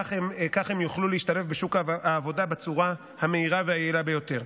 וכך הם יוכלו להשתלב בשוק העבודה בצורה המהירה והיעילה ביותר.